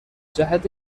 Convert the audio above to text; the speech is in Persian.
جهت